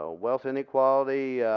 ah wealth and equality